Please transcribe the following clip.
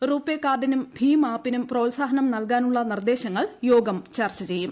റുപേ കാർഡിനും ഭീം ആപ്പിനും പ്രോത്സാഹനം നൽകാനുളള നിർദ്ദേശങ്ങൾ യോഗം ചർച്ച ച്ചെയ്യും